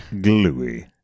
Gluey